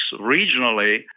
regionally